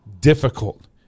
difficult